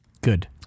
Good